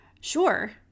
sure